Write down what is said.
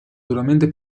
duramente